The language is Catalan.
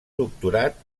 doctorat